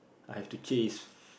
I have to chase